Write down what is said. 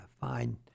fine